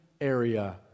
area